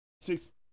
Six